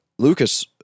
Lucas